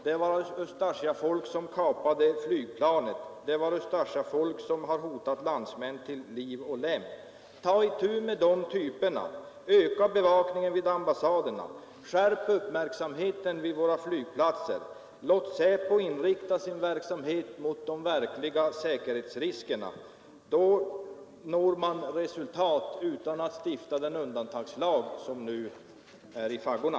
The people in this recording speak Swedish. Det var Ustasja-folk som kapade flygplanet. Det är Ustasja-folk som har hotat landsmän till liv och lem. Ta itu med de typerna! Öka bevakningen vid ambassaderna! Skärp uppmärksamheten vid våra flygplatser! Låt SÄPO inrikta sin verksamhet mot de verkliga säkerhetsriskerna! Då når man resultat utan att stifta den undantagslag som nu är i faggorna.